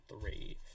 three